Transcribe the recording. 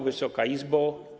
Wysoka Izbo!